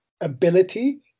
ability